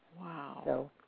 Wow